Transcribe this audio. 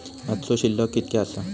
आजचो शिल्लक कीतक्या आसा?